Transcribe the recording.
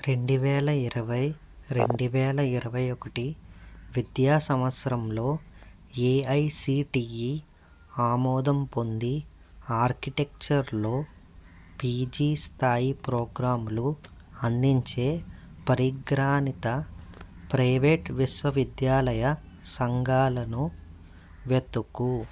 రెండు వేల ఇరవై రెండు వేల ఇరవై ఒకటి విద్యా సంవత్సరంలో ఏఐసిటిఈ ఆమోదం పొంది ఆర్కిటెక్చర్లో పీజీ స్థాయి ప్రోగ్రాములు అందించే పరిక్రానిత ప్రైవేట్ విశ్వవిద్యాలయ సంఘాలను వెతుకు